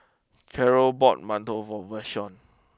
Carrol bought Mantou for Vashon